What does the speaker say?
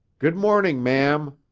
good morning, ma'am.